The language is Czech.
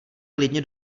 klidně